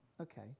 Okay